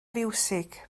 fiwsig